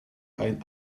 ein